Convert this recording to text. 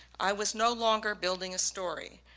i was no longer building a story,